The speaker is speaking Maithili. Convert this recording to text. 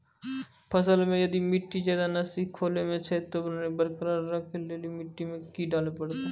फसल मे यदि मिट्टी ज्यादा नमी सोखे छै ते नमी बरकरार रखे लेली मिट्टी मे की डाले परतै?